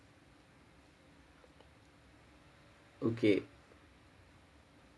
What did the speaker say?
okay